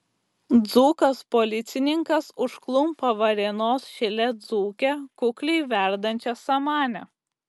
dzūkas policininkas užklumpa varėnos šile dzūkę kukliai verdančią samanę